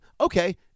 Okay